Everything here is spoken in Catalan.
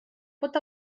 pot